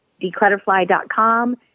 declutterfly.com